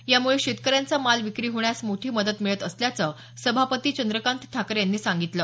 यामुळे शेतकऱ्यांचा माल विक्री होण्यास मोठी मदत मिळत असल्याचं सभापती चंद्रकांत ठाकरे यांनी सांगितलं